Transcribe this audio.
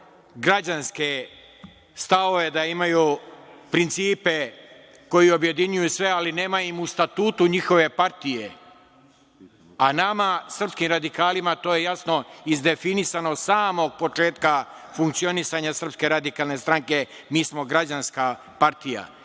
građanske stavove, da imaju principe koji objedinjuju sve, ali nema im u statutu njihove partije, a nama srpskim radikalima to je jasno izdefinisano od samog početka funkcionisanja Srpske radikalne stranke, mi smo građanska partija.